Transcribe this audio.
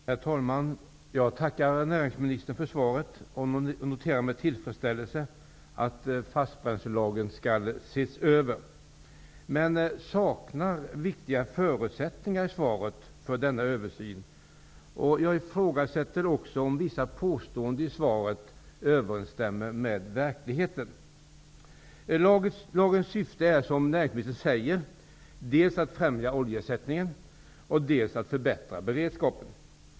Herr talman! Jag tackar näringsministern för svaret och noterar med tillfredsställelse att fastbränslelagen skall ses över, men jag saknar i svaret viktiga förutsättningar för denna översyn. Jag ifrågasätter också om vissa påståenden i svaret överensstämmer med verkligheten. Lagens syfte är, som näringsministern säger, dels att främja oljeersättningen, dels att förbättra beredskapen.